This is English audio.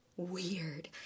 weird